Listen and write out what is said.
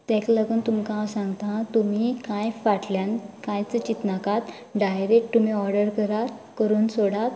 तेका लागून हांव तुमकां सांगता तुमी कांय फाटल्यान कांयच चिंतनाकात डायरेक्ट तुमी ऑर्डर करात करून सोडात